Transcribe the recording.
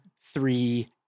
three